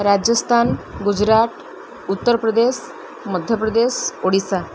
Rajasthan Gujarat Uttar Pradesh Madhya Pradesh Odisha